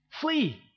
Flee